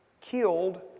killed